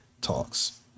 talks